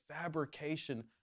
fabrication